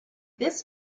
this